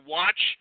watch